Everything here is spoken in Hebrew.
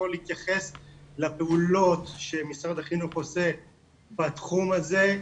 להתייחס לפעולות שמשרד החינוך עושה בתחום הזה,